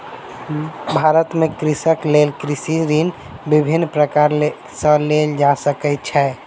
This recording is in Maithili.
भारत में कृषकक लेल कृषि ऋण विभिन्न प्रकार सॅ लेल जा सकै छै